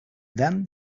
then